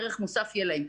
איזה ערך מוסף יהיה להם.